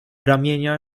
ramienia